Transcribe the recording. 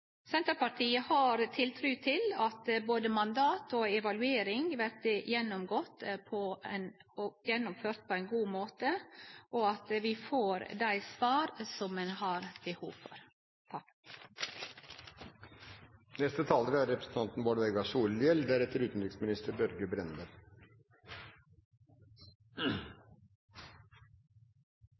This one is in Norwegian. Senterpartiet har tiltru til at både mandat og evaluering vert gjennomført på ein god måte, og at vi får dei svara som ein har behov for. Det er